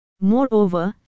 Moreover